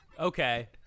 Okay